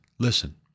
Listen